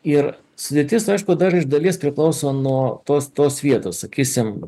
ir sudėtis aišku dar iš dalies priklauso nuo tos tos vietos sakysim